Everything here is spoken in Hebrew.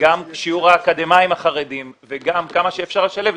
גם שיעור האקדמאים החרדים וגם כמה שאפשר לשלב.